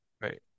Right